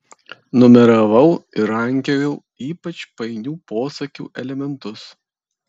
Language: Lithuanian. numeravau ir rankiojau ypač painių posakių elementus